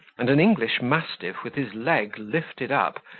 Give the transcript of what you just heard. and an english mastiff with his leg lifted up,